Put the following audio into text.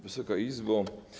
Wysoka Izbo!